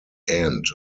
end